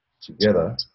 together